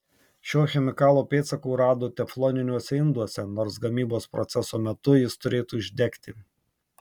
šio chemikalo pėdsakų rado tefloniniuose induose nors gamybos proceso metu jis turėtų išdegti